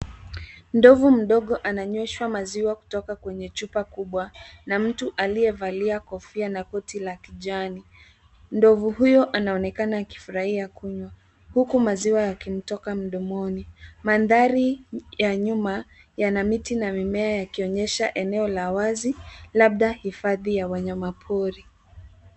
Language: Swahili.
Ndovu mdogo ananyweshwa maziwa kutoka kwenye chua kubwa na mtu aliyevalia kofia na koti la kijani. Ndovu huyo anaonekana akifurahia kunywa huku maziwa yakimtoka mdomoni. Mandhari ya nyuma yana miti na mimea yakinyesha eneo la wazi labda hifadhi ya wanyamaori.